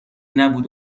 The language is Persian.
نبود